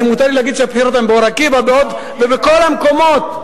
מותר לי להגיד שהבחירות הן באור-עקיבא ובכל המקומות,